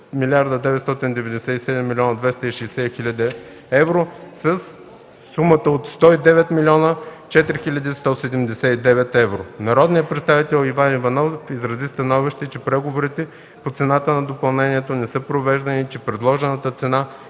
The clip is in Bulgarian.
от 3 997 260 000 евро със сумата от 109 004 179 евро. Народният представител Иван Иванов изрази становище, че преговори по цената на допълнението не са провеждани и че предложената цена